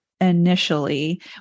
initially